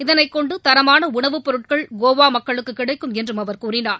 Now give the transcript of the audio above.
இதனைக் கொண்டு தரமான உணவுப் பொருட்கள் கோவா மக்களுக்கு கிடைக்கும் என்றும் அவர் கூறினார்